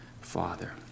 Father